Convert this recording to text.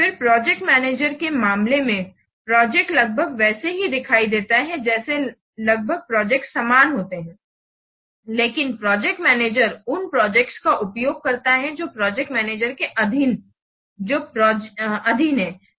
फिर project manager के मामले में प्रोजेक्ट लगभग वैसी ही दिखाई देती हैं जैसी लगभग प्रोजेक्ट समान होती हैं लेकिन प्रोजेक्ट मैनेजर उन प्रोजेक्ट का उपयोग करता है जो प्रोजेक्ट मैनेजर के अधीन जो प्रोजेक्ट हैं